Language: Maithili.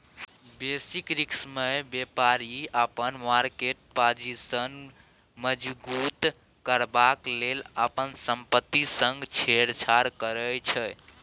बेसिस रिस्कमे बेपारी अपन मार्केट पाजिशन मजगुत करबाक लेल अपन संपत्ति संग छेड़छाड़ करै छै